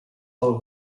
pel